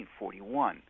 1941